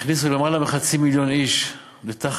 הכניסו למעלה מחצי מיליון איש תחת